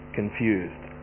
confused